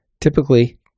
Typically